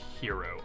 hero